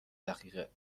دقیقه